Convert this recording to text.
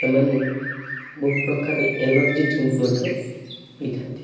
ସେମାନେ ବହୁ ପ୍ରକାର ଏନର୍ଜି ଡ୍ରିଙ୍କ ମଧ୍ୟ ପିଇଥାନ୍ତି